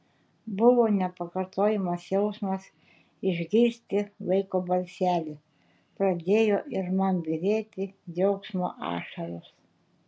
buvo nepakartojamas jausmas išgirsti vaiko balselį pradėjo ir man byrėti džiaugsmo ašaros